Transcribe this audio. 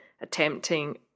attempting